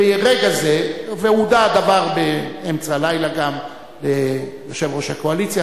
הודע הדבר באמצע הלילה ליושב-ראש הקואליציה,